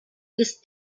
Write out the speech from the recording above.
ist